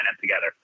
together